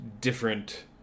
different